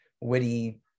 witty